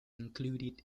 included